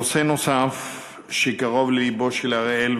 נושא נוסף שקרוב ללבו של אראל,